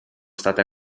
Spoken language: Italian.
state